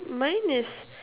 mine is